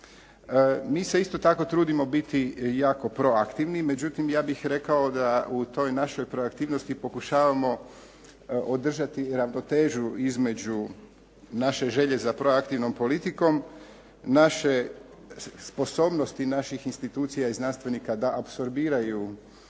Mi se isto tako trudimo biti jako proaktivni, međutim ja bih rekao da u toj našoj proaktivnosti pokušavamo održati ravnotežu između naše želje za proaktivnom politikom, naše sposobnosti naših institucija i znanstvenika da apsorbiraju